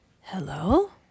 Hello